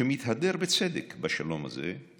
שמתהדר בצדק בשלום הזה,